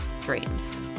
dreams